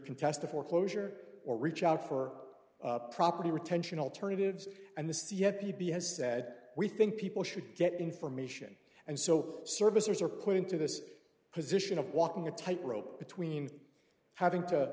contest a foreclosure or reach out for property retention alternatives and the c f p b has said we think people should get information and so servicers are put into this position of walking a tightrope between having to